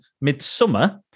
Midsummer